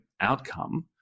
outcome